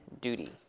duty